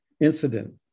incident